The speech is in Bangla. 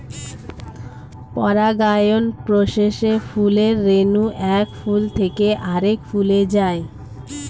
পরাগায়ন প্রসেসে ফুলের রেণু এক ফুল থেকে আরেক ফুলে যায়